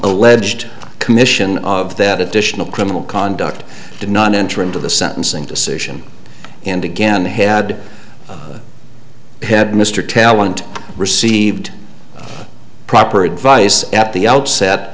alleged commission of that additional criminal conduct did not enter into the sentencing decision and again had had mr telent received proper advice at the outset